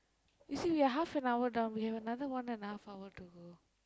you see we're half hour down we have another one and half hour to go